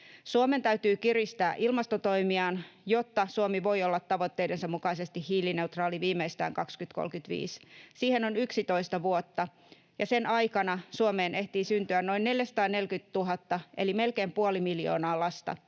Suomen täytyy kiristää ilmastotoimiaan, jotta Suomi voi olla tavoitteidensa mukaisesti hiilineutraali viimeistään 2035. Siihen on 11 vuotta, ja sen aikana Suomeen ehtii syntyä noin 440 000 eli melkein puoli miljoonaa lasta.